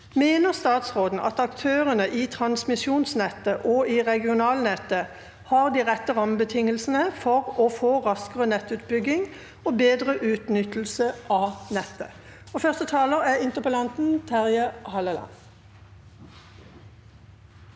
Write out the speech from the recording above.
Mener statsråden at aktørene i transmisjonsnettet og i regionalnettet har de rette rammebetingelsene for å få raskere nettutbygging og bedre utnyttelse av nettet?» Terje Halleland